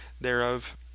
thereof